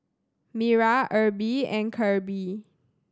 Mira Erby and Kirby